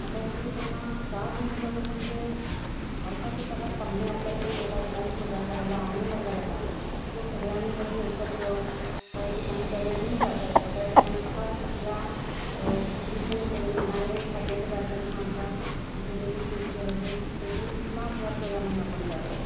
आता तिथे त्यांना का घेऊन जाऊ म्हणजे अर्थातच आता पाहुणे आपल्याकडे येतात मौज मजा करायला आनंद करायला सो सगळ्यांनी म्हणून एकत्र काही ठिकाणी डबे घेऊन जाता येतं काही ठिकाणी खास तिथल्या तिथे मिळ मिळणारे खाद्यपदार्थ किंवा अशा असे जे काही गोष्टी आहेत ते स्पेशली तिथला आस्वाद घ्यायला म्हणून आपण जातो